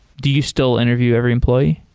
do you still interview every employee?